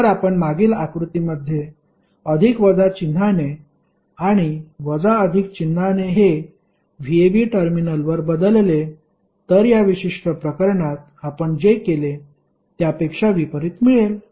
जर आपण मागील आकृतीमध्ये अधिक वजा चिन्हाने आणि वजा अधिक चिन्हाने हे vab टर्मिनलवर बदलले तर या विशिष्ट प्रकरणात आपण जे केले त्यापेक्षा विपरीत मिळेल